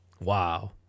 Wow